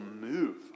move